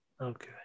Okay